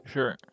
Sure